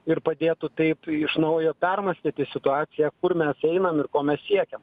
ir padėtų taip iš naujo permąstyti situaciją kur mes einam ir ko mes siekėm